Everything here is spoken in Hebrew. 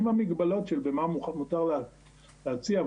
עם המגבלות של במה מותר להציע,